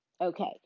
Okay